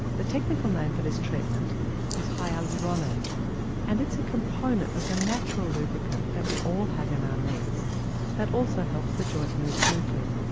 the technical name for this treatment is hyaluronan and it's a component of the natural lubricant that we all have in our knees that also helps the joint move smoothly.